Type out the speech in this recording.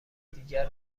دیگر